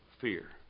fear